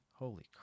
Holy